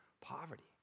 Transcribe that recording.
poverty